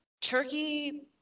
turkey